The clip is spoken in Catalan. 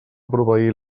proveir